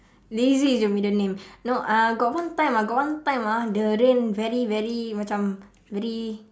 lazy is your middle name no uh got one time ah got one time ah the rain very very macam very